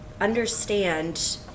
understand